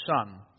Son